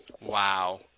Wow